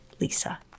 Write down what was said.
Lisa